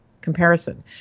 comparison